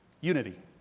unity